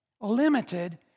limited